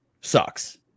sucks